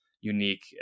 unique